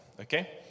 Okay